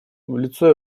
лицо